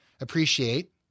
appreciate